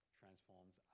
transforms